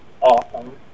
awesome